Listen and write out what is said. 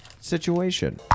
situation